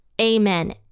amen